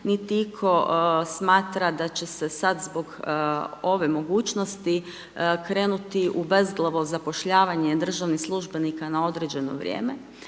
niti itko smatra da će se sad zbog ove mogućnosti krenuti u bezglavo zapošljavanje državnih službenika na određeno vrijeme